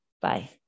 Bye